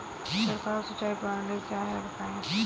छिड़काव सिंचाई प्रणाली क्या है बताएँ?